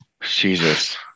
Jesus